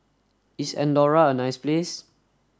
is Andorra a nice place